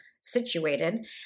situated